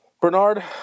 Bernard